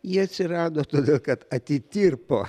ji atsirado todėl kad atitirpo